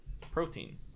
protein